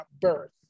birth